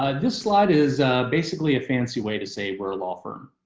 ah this slide is basically a fancy way to say, we're a law firm.